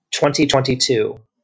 2022